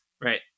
right